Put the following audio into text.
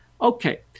Okay